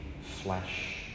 flesh